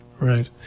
Right